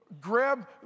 grab